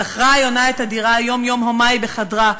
שכרה היונה את הדירה, יום-יום הומה היא בחדרה.